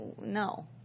no